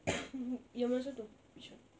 yang mana satu which one